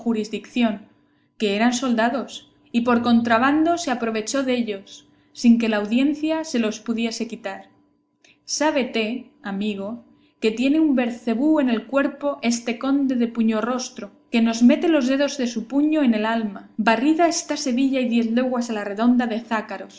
jurisdición que eran soldados y por contrabando se aprovechó dellos sin que la audiencia se los pudiese quitar sábete amigo que tiene un bercebú en el cuerpo este conde de puñonrostro que nos mete los dedos de su puño en el alma barrida está sevilla y diez leguas a la redonda de jácaros